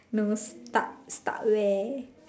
nose stuck stuck where